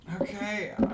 Okay